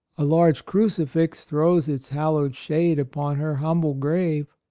a large crucifix throws its hallowed shade upon her humble grave,